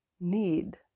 need